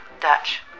Dutch